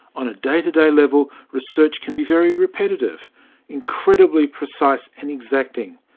on a day-to-day level, research can be very repetitive incredibly precise and exacting.